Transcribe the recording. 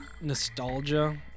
nostalgia